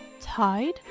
Tide